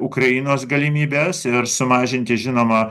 ukrainos galimybes ir sumažinti žinoma